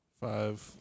Five